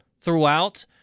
throughout